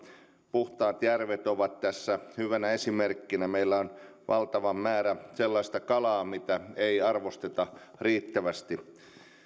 puhtaat järvet ovat tässä hyvänä esimerkkinä meillä on valtava määrä sellaista kalaa mitä ei arvosteta riittävästi